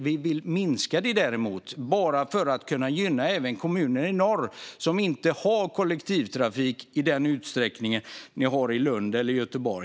Däremot vill vi minska dem för att kunna gynna även kommuner i norr som inte har kollektivtrafik i den utsträckning som man har i Lund eller i Göteborg.